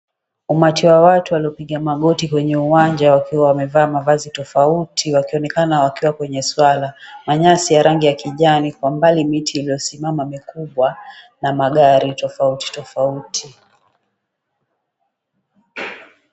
Umati wa watu waliopiga magoti kwenye uwanja, wakiwa wamevaa mavazi tofauti, wakionekana wakiwa kwenye swala. Manyasi ya rangi ya kijani, kwa mbali miti iliyosimama mikubwa, na magari tofauti tofauti.